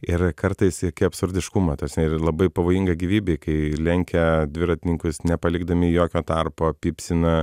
ir kartais iki absurdiškumo ta prasme labai pavojinga gyvybei kai lenkia dviratininkus nepalikdami jokio tarpo pipsina